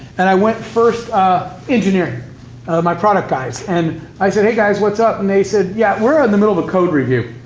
and i went first to engineering my product guys. and i said, hey guys, what's up, and they said, yeah, we're in the middle of a code review,